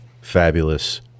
fabulous